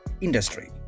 industry